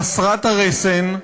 חסרת הרסן,